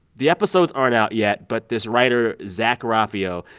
the episodes aren't out yet, but this writer, zach raffio,